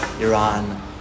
Iran